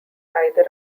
either